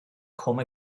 come